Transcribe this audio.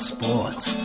Sports